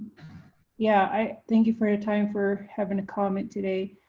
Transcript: yeah. i thank you for your time, for having a comment today.